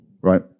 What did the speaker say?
right